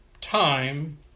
time